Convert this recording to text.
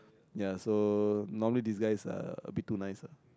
ya so normally these guys are a bit too nice ah